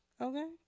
okay